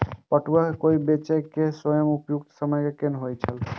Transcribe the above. पटुआ केय बेचय केय सबसं उपयुक्त समय कोन होय छल?